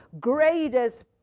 greatest